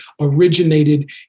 originated